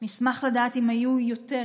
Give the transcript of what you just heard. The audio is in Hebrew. נשמח לדעת אם היו יותר,